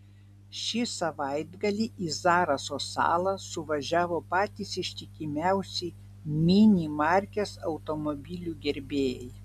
šį savaitgalį į zaraso salą suvažiavo patys ištikimiausi mini markės automobilių gerbėjai